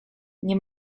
nie